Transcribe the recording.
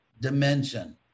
dimension